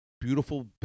Beautiful